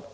År